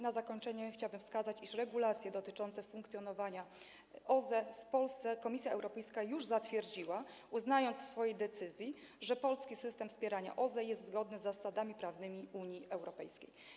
Na zakończenie chciałabym wskazać, iż regulacje dotyczące funkcjonowania OZE w Polsce Komisja Europejska już zatwierdziła, uznając w swojej decyzji, że polski system wspierania OZE jest zgodny z zasadami prawnymi Unii Europejskiej.